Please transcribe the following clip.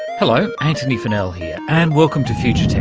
hello, antony funnell here, and welcome to future tense.